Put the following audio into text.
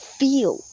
feel